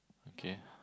okay